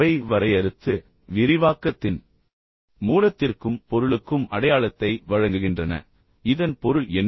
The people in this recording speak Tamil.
அவை வரையறுத்து விரிவாக்கத்தின் மூலத்திற்கும் பொருளுக்கும் அடையாளத்தை வழங்குகின்றன இதன் பொருள் என்ன